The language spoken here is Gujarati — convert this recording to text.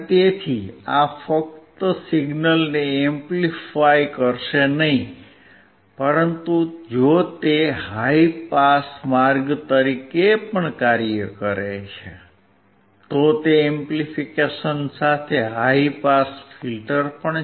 તેથી આ ફક્ત સિગ્નલને એમ્પ્લિફાય કરશે નહીં જો તે હાઇ પાસ માર્ગ તરીકે પણ કાર્ય કરે છે તો તે એમ્પ્લીફિકેશન સાથે હાઇ પાસ ફિલ્ટર છે